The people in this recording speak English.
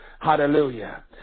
Hallelujah